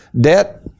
debt